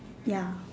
ya